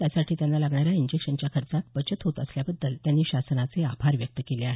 त्यासाठी लागणाऱ्या इंजेक्शनच्या खर्चात बचत होत असल्याबद्दल त्यांनी शासनाचे आभार व्यक्त केले आहेत